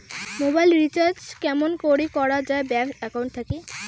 Mobile recharge কেমন করি করা যায় ব্যাংক একাউন্ট থাকি?